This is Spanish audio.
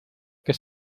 que